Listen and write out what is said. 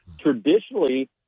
traditionally